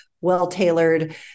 well-tailored